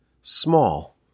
small